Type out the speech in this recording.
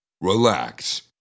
relax